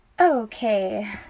Okay